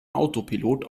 autopilot